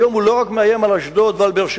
היום הוא מאיים לא רק על אשדוד ועל באר-שבע,